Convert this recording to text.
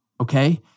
Okay